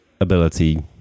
ability